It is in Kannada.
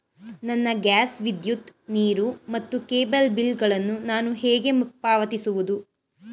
ನನ್ನ ಗ್ಯಾಸ್, ವಿದ್ಯುತ್, ನೀರು ಮತ್ತು ಕೇಬಲ್ ಬಿಲ್ ಗಳನ್ನು ನಾನು ಹೇಗೆ ಪಾವತಿಸುವುದು?